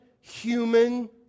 human